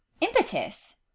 impetus